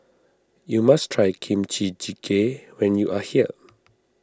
you must try Kimchi Jjigae when you are here